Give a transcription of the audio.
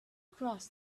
cross